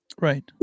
right